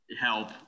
help